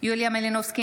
יוליה מלינובסקי,